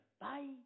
Bye